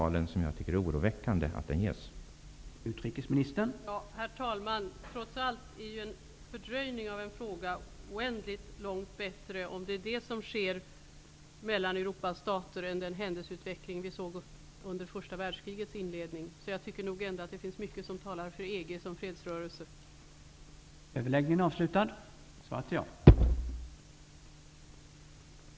Det är oroväckande att den signalen ges.